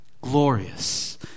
glorious